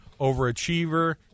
overachiever